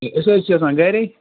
ہے أسۍ حظ چھِ آسان گرے